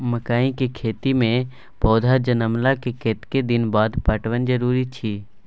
मकई के खेती मे पौधा जनमला के कतेक दिन बाद पटवन जरूरी अछि?